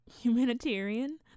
Humanitarian